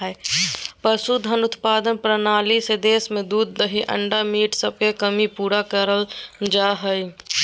पशुधन उत्पादन प्रणाली से देश में दूध दही अंडा मीट सबके कमी पूरा करल जा हई